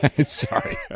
sorry